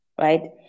right